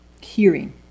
hearing